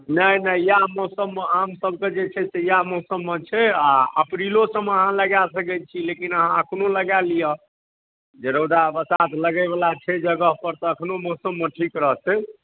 नहि नहि इएह मौसममे आम सभकऽ जे छै से इएह मौसममे छै आ अप्रिलो सभमे अहाँ लगाए सकैत छी लेकिन अहाँ एखनो लगाए लिअ जे रौदा बसात लगै बला छै जगह पर तऽ एखनो मौसममे ठीक रहतै